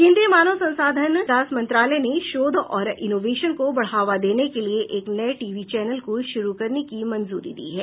केंद्रीय मानव संसाधन मानव विकास मंत्रालय ने शोध और इनोवेशन को बढ़ावा देने के लिये एक नये टीवी चैनल को शुरू करने की मंजूरी दी है